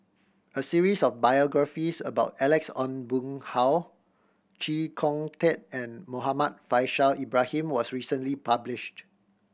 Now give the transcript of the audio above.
a series of biographies about Alex Ong Boon Hau Chee Kong Tet and Muhammad Faishal Ibrahim was recently published